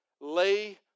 Lay